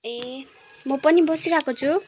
ए म पनि बसिरहेको छु